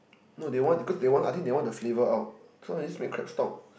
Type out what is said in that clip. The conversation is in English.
no they want cause they want I think they want the flavour out so let's just make crab stock